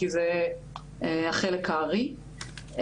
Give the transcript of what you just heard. כי זה החלק הארי.